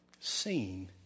seen